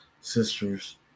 sisters